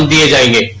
um da da